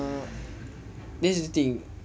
this thing